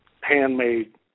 handmade